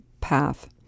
path